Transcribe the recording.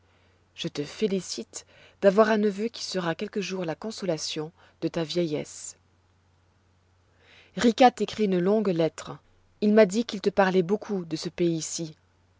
je te félicite d'avoir un neveu qui sera quelque jour la consolation de ta vieillesse rica t'écrit une longue lettre il m'a dit qu'il te parloit beaucoup de ce pays-ci